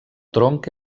tronc